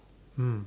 mm